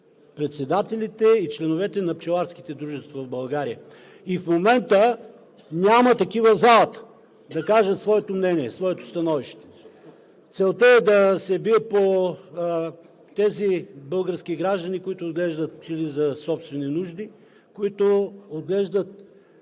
председателите и членовете на пчеларските дружества в България. И в момента няма такива в залата, за да кажат своето становище. Целта е да се бие по тези български граждани, които отглеждат пчели за собствени нужди, които отглеждат